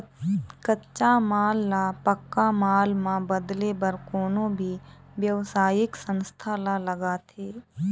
कच्चा माल ल पक्का माल म बदले बर कोनो भी बेवसायिक संस्था ल लागथे